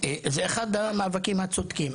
זה אחד המאבקים הצודקים.